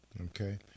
Okay